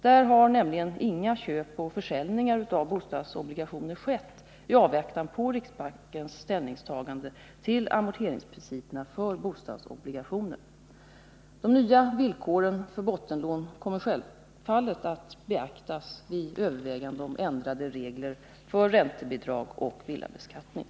Där har nämligen inga köp och försäljningar av bostadsobligationer skett i avvaktan på riksbankens ställningstagande till amorteringsprinciperna för bostadsobligationer. De nya villkoren för bottenlån kommer självfallet att beaktas vid övervägandena om ändrade regler för räntebidrag och villabeskattning.